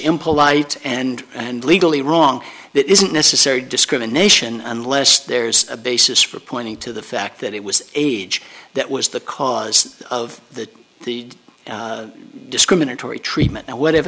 impolite and and legally wrong that isn't necessary discrimination unless there's a basis for pointing to the fact that it was age that was the cause of the the discriminatory treatment and what ev